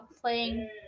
playing